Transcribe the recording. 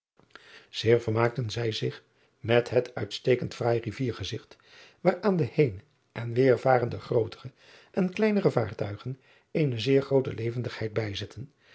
ijnslager maakten zij zich met het uitstekend fraai riviergezigt waaraan de heen en weêrvarende grootere en kleinere vaartuigen eene zeer groote levendigheid bijzetten